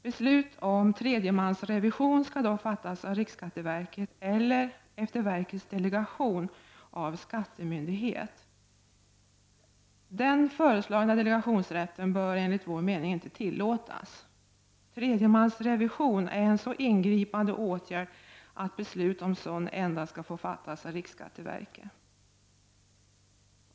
Beslut om tredjemansrevision skall dock fattas av riksskatteverket eller, efter verkets delegation, av skattemyndighet. Den föreslagna delegationsrätten bör enligt vår mening inte tillåtas. Tredjemansrevision är en så ingripande åtgärd att beslut om sådan endast skall få fattas av riksskatteverket.